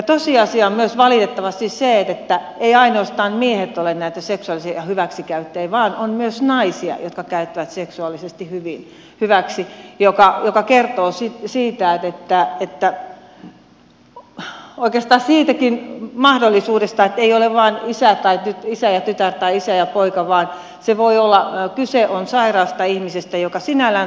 tosiasia on myös valitettavasti se että eivät ainoastaan miehet ole näitä seksuaalisia hyväksikäyttäjiä vaan on myös naisia jotka käyttävät seksuaalisesti hyväksi mikä kertoo oikeastaan siitäkin mahdollisuudesta että ei ole vain isä ja tytär tai isä ja poika vaan voi olla kyse sairaasta ihmisestä joka sinällään tarvitsee hoitoa